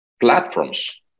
platforms